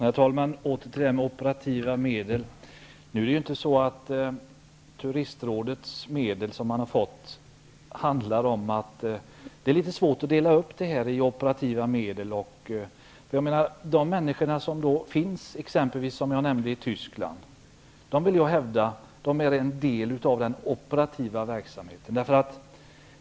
Herr talman! Det är litet svårt att dela upp de medel som Turistrådet har fått i medel för operativa insatser och annat. De som arbetar i exempelvis Tyskland är en del av den operativa verksamheten.